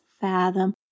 fathom